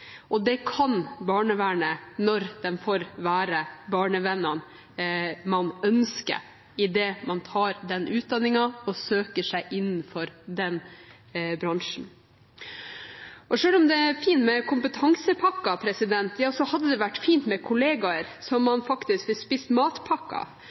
trengs. Det kan barnevernet når man får være de barnevennene man ønsker når man tar den utdanningen, og søker seg inn i den bransjen. Selv om det er fint med kompetansepakker, hadde det vært fint med kollegaer,